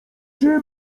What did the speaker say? czy